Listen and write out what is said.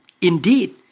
Indeed